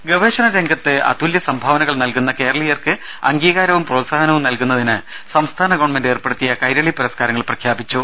രദ്ദേഷ്ടങ ഗവേഷണരംഗത്ത് അതുല്യ സംഭാവനകൾ നൽകുന്ന കേരളീയർക്ക് അംഗീകാരവും പ്രോത്സാഹനവും നൽകുന്നതിന് സംസ്ഥാന ഗവൺമെന്റ് ഏർപ്പെടുത്തിയ കൈരളി പുരസ്കാർങ്ങൾ പ്രഖ്യാപിച്ചു